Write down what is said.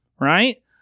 right